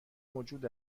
موجود